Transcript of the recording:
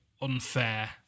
unfair